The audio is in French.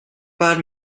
pas